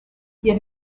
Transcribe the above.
yet